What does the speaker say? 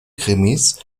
krimis